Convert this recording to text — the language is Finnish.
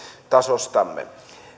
tasostamme